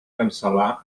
cancel·lar